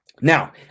Now